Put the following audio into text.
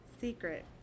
secret